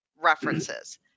references